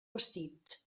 vestit